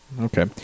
Okay